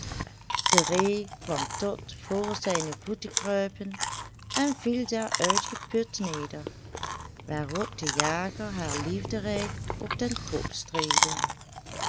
ree kwam tot voor zijne voeten kruipen en viel daar uitgeput neder waarop de jager haar liefderijk op den kop streelde